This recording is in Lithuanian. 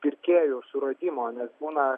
pirkėjo suradimo nes būna